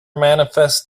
manifest